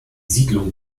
siedlung